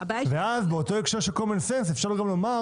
ואז באותו הקשר של קומנסנס אפשר גם לומר